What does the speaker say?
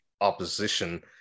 opposition